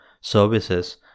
services